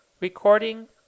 Recording